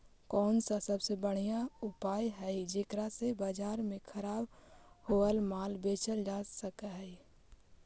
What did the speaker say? कौन सा सबसे बढ़िया उपाय हई जेकरा से बाजार में खराब होअल माल बेचल जा सक हई?